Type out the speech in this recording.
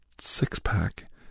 six-pack